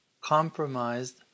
compromised